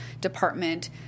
department